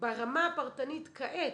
ברמה הפרטנית כעת,